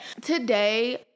Today